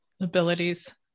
abilities